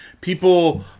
people